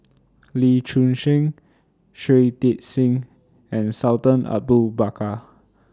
Lee Choon Seng Shui Tit Sing and Sultan Abu Bakar